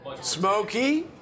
Smoky